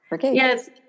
Yes